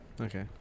Okay